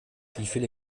wieviele